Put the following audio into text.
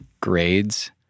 grades